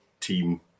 team